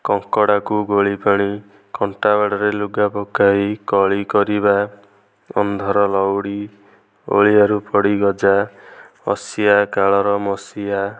କଙ୍କଡ଼ାକୁ ଗୋଳିପାଣି କଣ୍ଟାବାଡ଼ରେ ଲୁଗାପକାଇ କଳି କରିବା ଅନ୍ଧର ଲଉଡ଼ି ଓଳିଆରୁ ପଡ଼ି ଗଜା ଅସିଆ କାଳର ମସିଆ